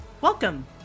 Welcome